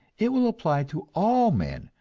it will apply to all men,